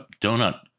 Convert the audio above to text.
donut